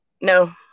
No